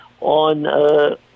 on